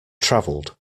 travelled